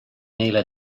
neile